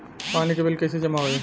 पानी के बिल कैसे जमा होयी?